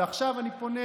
ועכשיו אני פונה